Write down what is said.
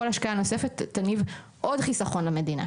כל השקעה נוספת תניב עוד חיסכון למדינה.